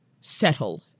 settle